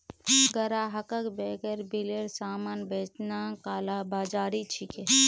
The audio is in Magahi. ग्राहकक बेगैर बिलेर सामान बेचना कालाबाज़ारी छिके